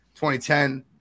2010